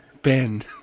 Ben